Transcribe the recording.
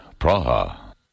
Praha